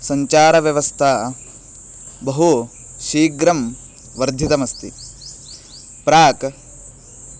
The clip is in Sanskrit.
सञ्चारव्यवस्था बहु शीघ्रं वर्धितास्ति प्राक्